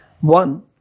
One